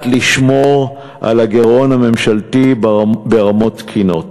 לשמור על הגירעון הממשלתי ברמות תקינות.